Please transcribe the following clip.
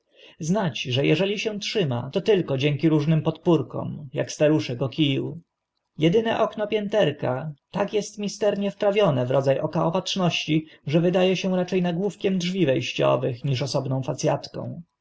znać że eżeli się trzyma to tylko dzięki różnym podpórkom ak staruszek o kiju jedyne okno pięterka tak est misternie wprawione w rodza oka opatrzności że wyda e się racze nagłówkiem drzwi we ściowych niż osobną fac